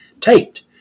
taped